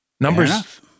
Numbers